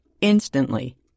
instantly